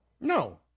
No